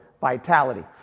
Vitality